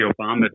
Obama